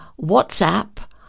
WhatsApp